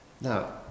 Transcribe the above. Now